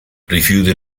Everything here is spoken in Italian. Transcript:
rifiuta